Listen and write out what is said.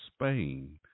Spain